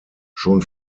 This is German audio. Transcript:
schon